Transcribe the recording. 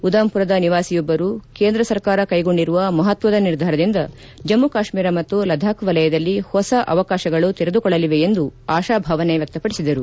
ಉದಾಮ್ಪುರದ ನಿವಾಸಿಯೊಬ್ಬರು ಕೇಂದ್ರ ಸರ್ಕಾರ ಕೈಗೊಂಡಿರುವ ಮಹತ್ವದ ನಿರ್ಧಾರದಿಂದ ಜಮ್ಮ ಕಾಶ್ಮೀರ ಮತ್ತು ಲದಾಬ್ ವಲಯದಲ್ಲಿ ಹೊಸ ಅವಕಾಶಗಳು ತೆರೆದುಕೊಳ್ಳಲಿವೆ ಎಂದು ಆಶಾ ಭಾವನೆ ವ್ಯಕ್ತಪಡಿಸಿದರು